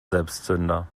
selbstzünder